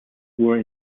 were